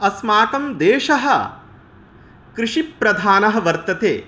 अस्माकं देशः कृषिप्रधानः वर्तते